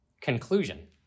Conclusion